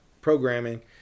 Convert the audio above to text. programming